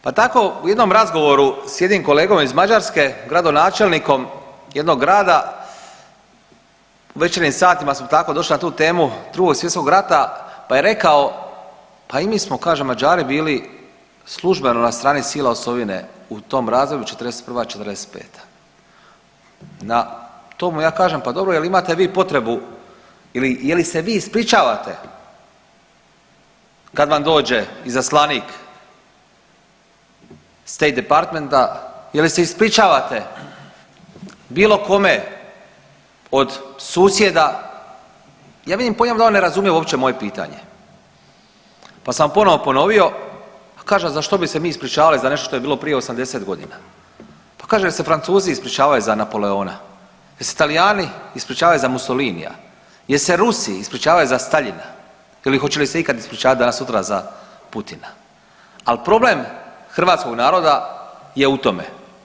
Pa tako u jednom razgovoru s jednim kolegom iz Mađarske, gradonačelnikom jednog grada, u večernjim satima smo tako došli na tu temu Drugog svjetskog rata, pa je rekao pa i mi smo kaže Mađari bili službeno na strani sila osovine u tom razdoblju '41.-'45., na to mu ja kažem, pa dobro je li imate vi potrebu ili je li se vi ispričavate kad vam dođe izaslanik State Departmenta, je li se ispričavate bilo kome od susjeda, ja vidim po njemu da on ne razumije uopće moje pitanje, pa sam ponovo ponovio, pa kaže a za što bi se mi ispričavali za nešto što je bilo prije 80.g., pa kaže jel se Francuzi ispričavaju za Napoleona, jel se Talijani ispričavaju za Musolinija, jel se Rusi ispričavaju za Staljina ili hoće li se ikad ispričavat danas sutra za Putina, al problem hrvatskog naroda je u tome.